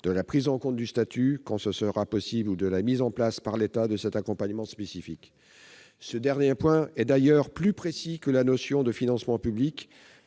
de la prise en compte du statut, quand ce sera possible, ou de la mise en place par l'État de cet accompagnement spécifique. Ce dernier point est d'ailleurs plus précis que la notion de « financement public